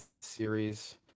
series